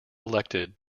elected